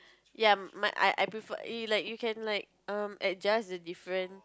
ya my I prefer err like you can like um adjust the different